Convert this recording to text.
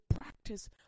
practice